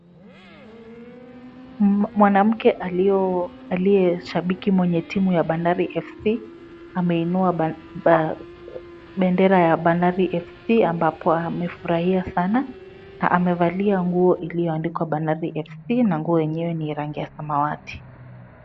Mwanamke aliye shabiki mwenye timu ya Bandari FC. Ameinua bendera ya Bandari FC ambapo amefurahia sana, na amevalia nguo iliyoandikwa nguo ya bandari FC na nguo yenyewe ni ya rangi ya samawati.